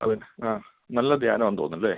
അതെ ആ നല്ല ധ്യാനമാണ് തോന്നുന്നല്ലേ